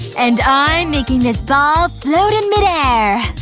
and i'm making this ball float in midair!